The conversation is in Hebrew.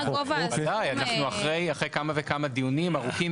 אנחנו אחרי כמה וכמה דיונים ארוכים,